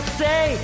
say